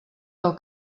del